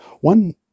One